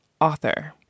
author